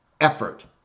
effort